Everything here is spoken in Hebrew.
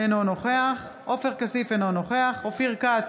אינו נוכח עופר כסיף, אינו נוכח אופיר כץ,